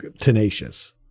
tenacious